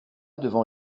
devant